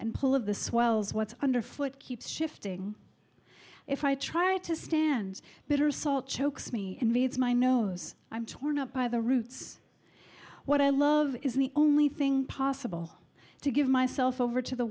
and pull of the swells what's underfoot keeps shifting if i try to stand bitter salt chokes me invades my nose i'm torn up by the roots what i love is the only thing possible to give myself over to the